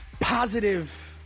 positive